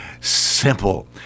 simple